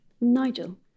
Nigel